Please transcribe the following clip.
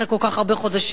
אחרי כל כך הרבה חודשים,